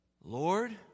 Lord